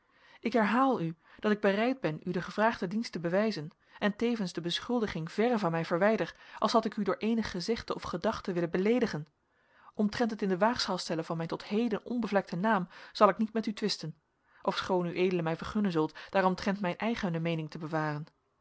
ik herhaal u dat ik bereid ben u den gevraagden dienst te bewijzen en tevens de beschuldiging verre van mij verwijder als had ik u door eenig gezegde of gedachte willen beleedigen omtrent het in de waagschaal stellen van mijn tot heden onbevlekten naam zal ik niet met u twisten ofschoon ued mij vergunnen zult daaromtrent mijn eigene meening te bewaren